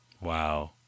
Wow